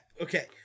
okay